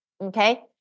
okay